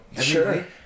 Sure